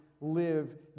live